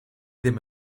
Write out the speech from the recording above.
ddim